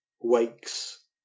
wakes